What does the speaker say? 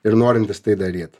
ir norintis tai daryt